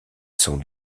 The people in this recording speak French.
sont